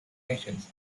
nations